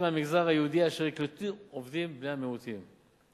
מהמגזר היהודי אשר יקלטו עובדים בני המיעוטים.